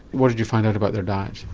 what did you find out about their diet?